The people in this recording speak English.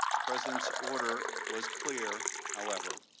president's order was clear, however.